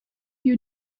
you